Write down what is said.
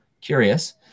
curious